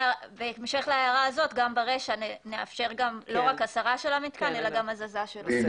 בהמשך להערה הזאת גם ברישא נאפשר לא רק הסרה של המתקן אלא גם הזזה שלו.